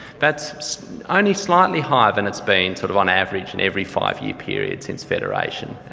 that's only slightly higher than it's been sort of on average in every five-year period since federation.